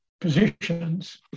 positions